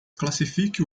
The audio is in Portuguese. classifique